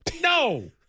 No